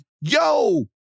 yo